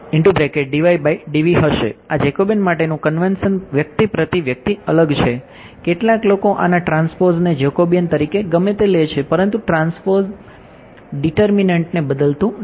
આ જેકબિયન માટેનું કન્વેન્સન વ્યક્તિ પ્રતિ વ્યક્તિ અલગ છે કેટલાક લોકો આના ટ્રાન્સપોઝને જેકબિયન તરીકે ગમે તે લે છે પરંતુ ટ્રાન્સપોઝ ડીટરમીનન્ટને બદલતું નથી